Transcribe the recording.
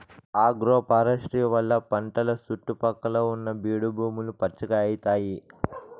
agroforestry వల్ల పంటల సుట్టు పక్కల ఉన్న బీడు భూములు పచ్చగా అయితాయి